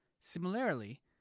Similarly